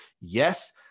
Yes